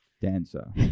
dancer